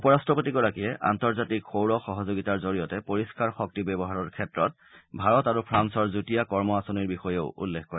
উপ ৰট্ৰপতিগৰাকীয়ে আন্তঃৰ্জাতিক সৌৰ সহযোগিতাৰ জৰিয়তে পৰিস্থাৰ শক্তি ব্যৱহাৰৰ ক্ষেত্ৰত ভাৰত আৰু ফ্ৰান্সৰ যুটীয়া কৰ্ম আঁচনিৰ বিষয়েও উল্লেখ কৰে